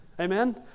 amen